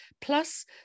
Plus